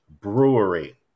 brewery